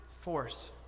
Force